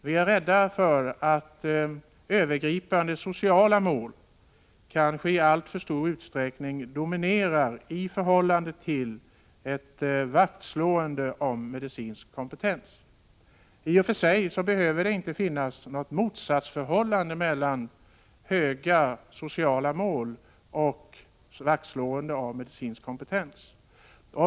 Vi är rädda för att övergripande sociala mål kanske i alldeles för stor utsträckning dominerar i förhållande till ett vaktslående om medicinsk kompetens. I och för sig behöver det inte finnas något motsatsförhållande mellan höga sociala mål och vaktslående om medicinsk kompetens.